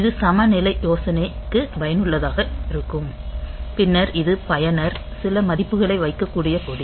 இது சமநிலை சோதனைக்கு பயனுள்ளதாக இருக்கும் பின்னர் இது பயனர் சில மதிப்புகளை வைக்கக்கூடிய கொடி